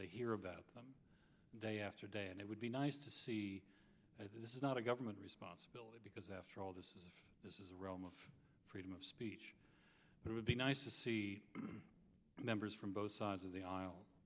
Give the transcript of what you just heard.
they hear about them day after day and it would be nice to see that this is not a government responsibility because after all this is this is a realm of freedom of speech it would be nice to see members from both sides of the aisle